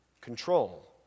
control